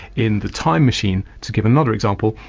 in the time machine to give another example,